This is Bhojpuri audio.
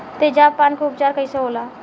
तेजाब पान के उपचार कईसे होला?